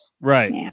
Right